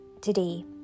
today